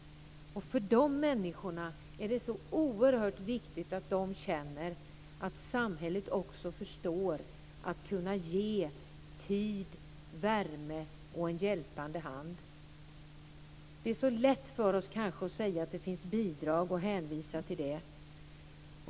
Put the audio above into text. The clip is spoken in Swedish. För de människorna är det oerhört viktigt att känna att samhället förstår att kunna ge tid, värme och en hjälpande hand. Det är så lätt för oss att säga det finns bidrag och att hänvisa till dem.